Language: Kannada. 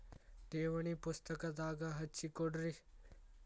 ಠೇವಣಿ ಪುಸ್ತಕದಾಗ ಹಚ್ಚಿ ಕೊಡ್ರಿ